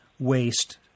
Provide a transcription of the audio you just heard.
waste